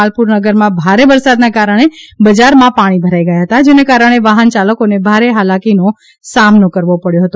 માલપુર નગરમાં ભારે વરસાદને કારણે બજારમાં પાણી ભરાઈ ગયા હતા જેને કારણે વાહનચાલકોને ભારે હાલાકીનો સામનો કરવો પડ્યો હતો